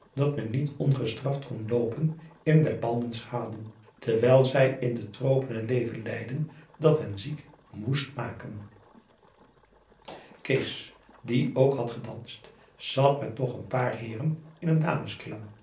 dat men niet ongestraft kon loopen in der palmen schaduw terwijl zij in de tropen een leven leidden dat hen ziek moest maken kees die ook had gedanst zat met nog een paar heeren in een